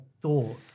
thought